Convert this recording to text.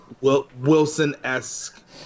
Wilson-esque